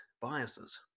biases